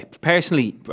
personally